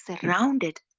surrounded